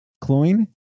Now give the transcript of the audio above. cloying